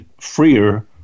freer